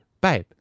babe